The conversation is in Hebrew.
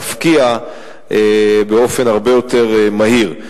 להפקיע באופן הרבה יותר מהיר.